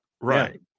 right